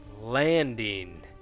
landing